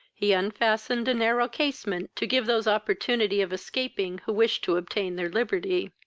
he unfastened a narrow casement, to give those opportunity of escaping who wished to obtain their liberty.